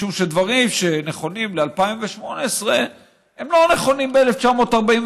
משום שדברים שנכונים ל-2018 הם לא נכונים ב-1948,